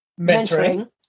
Mentoring